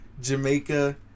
Jamaica